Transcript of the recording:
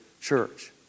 church